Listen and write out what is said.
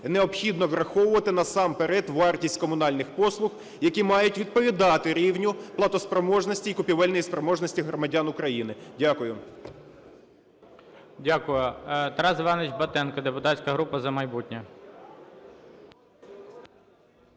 необхідно враховувати насамперед вартість комунальних послуг, які мають відповідати рівню платоспроможності і купівельної спроможності громадян України. Дякую. ГОЛОВУЮЧИЙ. Дякую. Тарас Іванович Батенко, депутатська група "За майбутнє".